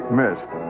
missed